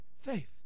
faith